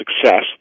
success